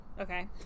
okay